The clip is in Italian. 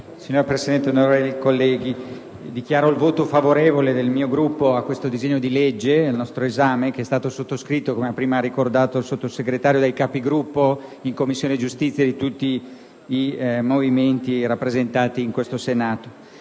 Signora Presidente, onorevoli colleghi, dichiaro il voto favorevole del mio Gruppo sul disegno di legge al nostro esame, che è stato sottoscritto, come prima ha ricordato il Sottosegretario, dai Capigruppo in Commissione giustizia di tutti i movimenti rappresentati in Senato.